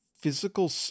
physical